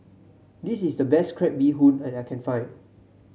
this is the best Crab Bee Hoon that I can find